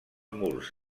murs